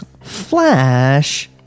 Flash